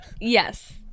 yes